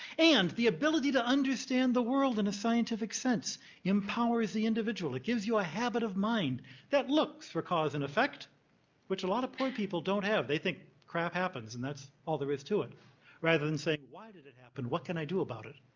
and the ability to understand the world in a scientific sense empowers the individual. it gives you a habit of mind that looks for cause and effect which a lot of poor people don't have. they think crap happens and that's all there is to it rather than saying, why did it happen? what can i do about it?